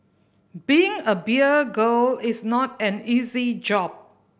being a beer girl is not an easy job